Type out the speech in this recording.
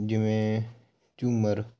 ਜਿਵੇਂ ਝੂੰਮਰ